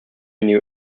knew